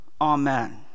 Amen